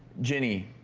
jenny,